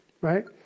right